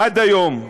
עד היום.